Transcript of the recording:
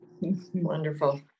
Wonderful